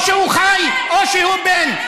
או כשהוא חי או כשהוא מת.